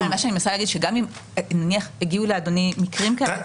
אני מנסה להגיד שגם אם הגיעו לאדוני מקרים כאלה,